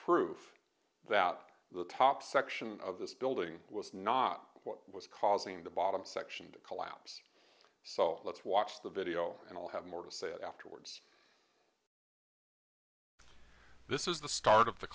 proof that the top section of this building was not what was causing the bottom section to collapse so let's watch the video and i'll have more to say it afterwards this is the start of the